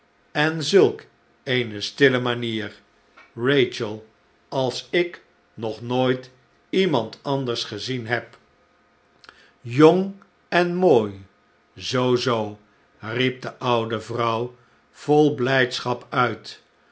en zulk eene stille manier rachel als ik nog nooit iemand anders gezien heb jong en mooi zoo zoo riep de oude vrouw vol blijdschap uit